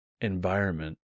environment